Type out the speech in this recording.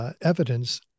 Evidence